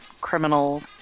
criminal